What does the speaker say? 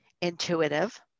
intuitive